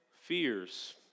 fears